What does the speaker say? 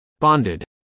Bonded